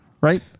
right